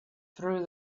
threw